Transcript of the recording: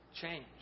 change